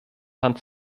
hand